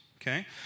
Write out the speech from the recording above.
okay